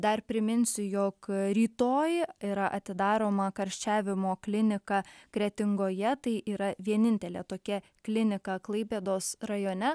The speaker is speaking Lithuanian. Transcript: dar priminsiu jog rytoj yra atidaroma karščiavimo klinika kretingoje tai yra vienintelė tokia klinika klaipėdos rajone